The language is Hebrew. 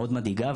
מאוד מדאיגה,